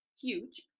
huge